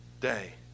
day